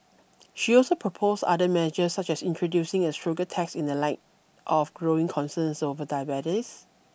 she also proposed other measures such as introducing a sugar tax in the light of growing concerns over diabetes